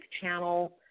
channel